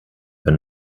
wenn